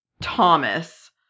Thomas